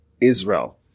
Israel